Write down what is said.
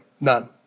None